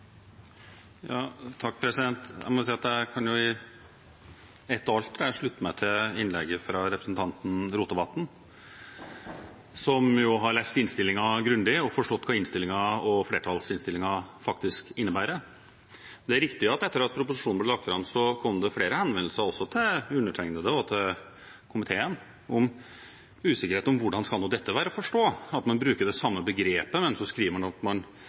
må si at jeg i ett og alt kan slutte meg til innlegget fra representanten Rotevatn, som har lest innstillingen grundig og forstått hva flertallsinnstillingen faktisk innebærer. Det er riktig at det etter at proposisjonen ble lagt fram, kom flere henvendelser også til undertegnede og til komiteen om usikkerhet om hvordan nå dette skulle være å forstå – at man bruker det samme begrepet, men skriver at man ikke kan bruke nøyaktig samme fortolkning, osv. Vi syntes for så